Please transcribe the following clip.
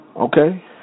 Okay